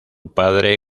padre